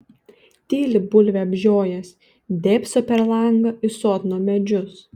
tyli bulvę apžiojęs dėbso per langą į sodno medžius